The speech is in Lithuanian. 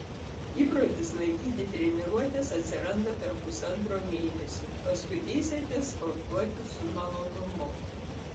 įprotis lankyti treniruotes atsiranda per pusantro mėnesio paskui eisite sportuoti su malonumu